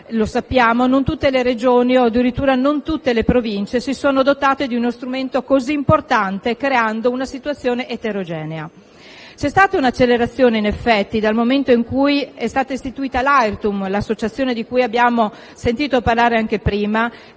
non tutte le Regioni o addirittura non tutte le Province si sono dotate di uno strumento così importante, creando una situazione eterogenea. In effetti, c'è stata un'accelerazione dal momento in cui è stata istituita l'AIRTUM, di cui abbiamo sentito parlare anche prima,